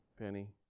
Penny